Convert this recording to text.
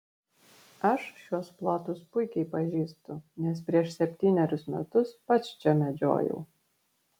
aš šiuos plotus puikiai pažįstu nes prieš septynerius metus pats čia medžiojau